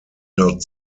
not